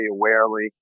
awarely